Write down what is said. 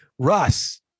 Russ